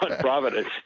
Providence